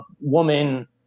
woman